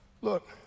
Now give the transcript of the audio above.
Look